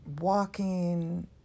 walking